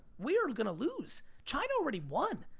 we are gonna lose. china already won.